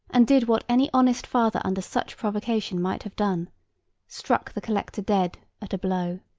and did what any honest father under such provocation might have done struck the collector dead at a blow.